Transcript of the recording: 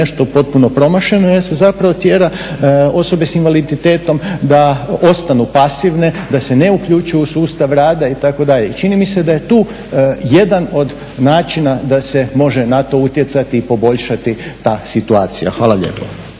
nešto potpuno promašeno jer se zapravo tjera osobe sa invaliditetom da ostanu pasivne, da se ne uključuju u sustav rada itd. I čini mi se da je tu jedan od načina da se može na to utjecati i poboljšati ta situacija. Hvala lijepo.